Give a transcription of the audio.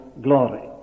glory